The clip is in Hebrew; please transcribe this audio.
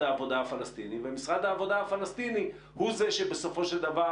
העבודה הפלסטיני ומשרד העבודה הפלסטיני הוא זה שבסופו של דבר